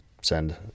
send